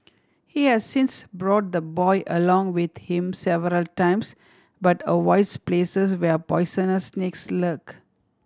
he has since brought the boy along with him several times but avoids places where poisonous snakes lurk